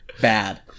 bad